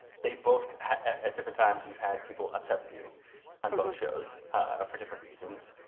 they both at different times you've had people upset with you on both shows ah for different reasons.